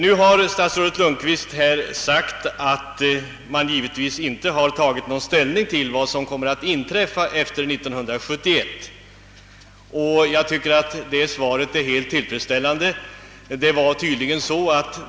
Nu har statsrådet Lundkvist förklarat att man inte tagit ställning till vad som kommer att hända efter år 1971, och det svaret tycker jag är helt tillfredsställande.